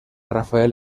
rafael